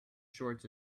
shorts